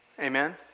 Amen